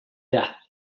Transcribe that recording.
death